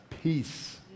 peace